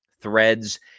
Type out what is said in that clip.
threads